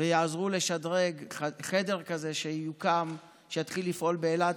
ויעזרו לשדרג חדר כזה שיוקם ויתחיל לפעול באילת.